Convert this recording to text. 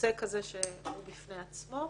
נושא כזה שהוא בפני עצמו.